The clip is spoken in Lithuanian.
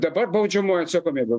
dabar baudžiamoji atsakomybė